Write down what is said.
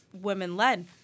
women-led